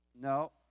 No